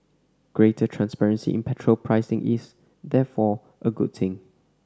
greater transparency in petrol pricing is therefore a good thing